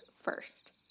first